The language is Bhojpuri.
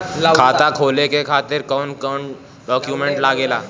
खाता खोले के खातिर कौन कौन डॉक्यूमेंट लागेला?